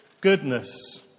goodness